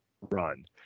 run